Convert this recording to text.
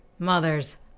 mother's